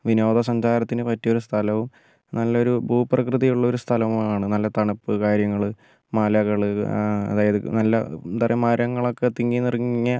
വിനോദ സഞ്ചാരത്തിന് പറ്റിയ ഒരു സ്ഥലവും നല്ലൊരു ഭൂപ്രകൃതിയുള്ളൊരു സ്ഥലമാണ് നല്ല തണുപ്പ് കാര്യങ്ങൾ മലകൾ അതായാത് നല്ല എന്താപറയാ മരങ്ങളൊക്കെ തിങ്ങി നിറഞ്ഞ